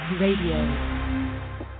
Radio